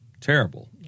terrible